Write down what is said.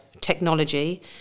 technology